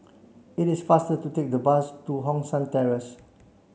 it is faster to take the bus to Hong San Terrace